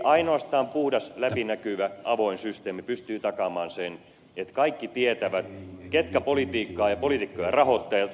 ainoastaan puhdas läpinäkyvä avoin systeemi pystyy takaamaan sen että kaikki tietävät ketkä politiikkaa ja poliitikkoja rahoittavat